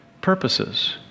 purposes